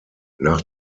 nach